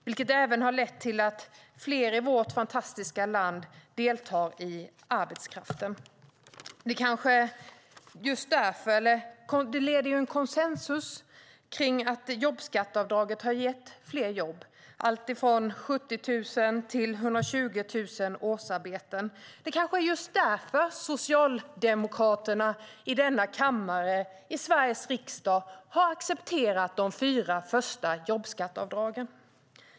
Det har även lett till att fler i vårt fantastiska land deltar i arbetskraften. Det råder konsensus kring att jobbskatteavdraget har gett fler jobb, alltifrån 70 000 till 120 000 årsarbeten. Det kanske är därför Socialdemokraterna i denna kammare i Sveriges riksdag har accepterat de fyra första jobbskatteavdragen.